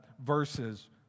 verses